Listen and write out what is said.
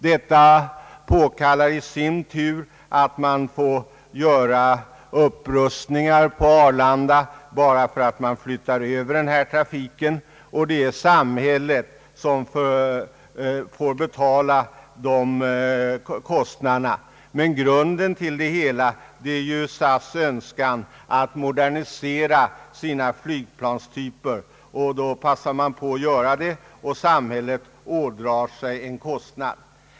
Detta påkallar i sin tur upprustningar på Arlanda, och det är samhället som får betala de kostnaderna. Men grunden till det hela är ju SAS” önskan att införa modernare flygplanstyper, och det passar man på att göra i detta sammanhang, och samhället åsamkas en kostnad.